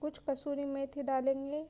کچھ کسوری میتھی ڈالیں گے